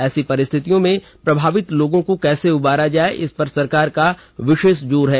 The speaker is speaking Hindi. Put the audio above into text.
ऐसी परिस्थिति में प्रभावित लोगों को कैसे उबारा जाए इसपर सरकार का विशेष जोर है